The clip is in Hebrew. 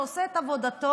שעושה את עבודתו